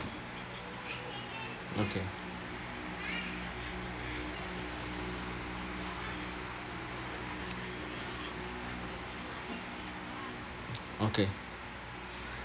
okay okay